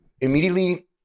Immediately